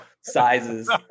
sizes